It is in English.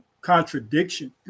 contradiction